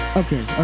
okay